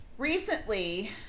Recently